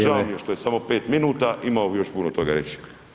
Žao mi je [[Upadica: Vrijeme.]] što je samo 5 minuta imao bih još puno toga reći.